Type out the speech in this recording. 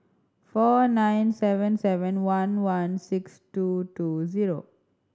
four nine seven seven one one six two two zero